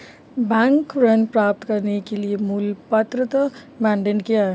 Bank ऋण प्राप्त करने के लिए मूल पात्रता मानदंड क्या हैं?